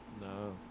No